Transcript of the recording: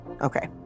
Okay